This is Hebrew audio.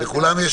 אני רק